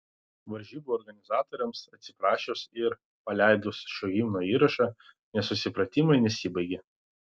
varžybų organizatoriams atsiprašius ir paleidus šio himno įrašą nesusipratimai nesibaigė